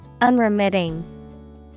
Unremitting